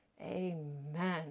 Amen